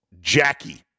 Jackie